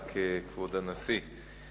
רק כבוד הנשיא.